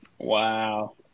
Wow